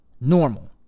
normal